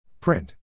Print